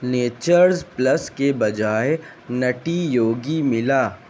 natures plus کے بجائے نٹی یوگی ملا